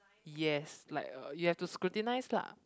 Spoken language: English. yes like uh you have to scrutinise lah